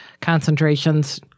concentrations